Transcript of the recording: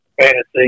Fantasy